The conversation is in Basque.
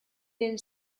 den